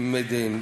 תמימי דעים.